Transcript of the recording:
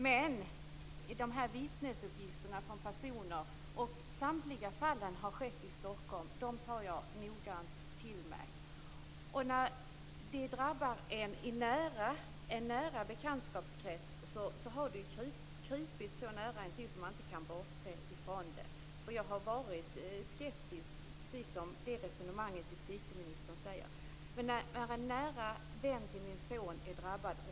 Men dessa vittnesmål från olika personer - samtliga fall kommer från Stockholm - tar jag noggrant till mig. När våldet drabbar en nära bekantskapskrets har det krupit så nära intill en att man inte kan bortse från det. Jag har varit skeptisk. Det är precis det resonemang som justitieministern för. Men en nära vän till min son är drabbad.